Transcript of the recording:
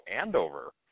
Andover